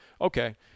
okay